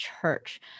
church